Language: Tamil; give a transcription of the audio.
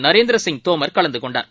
நரேந்திரசிங் தோமர் கலந்துகொண்டனர்